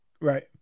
Right